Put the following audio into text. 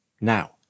Now